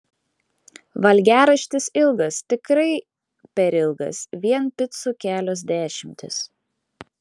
valgiaraštis ilgas tikrai per ilgas vien picų kelios dešimtys